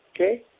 okay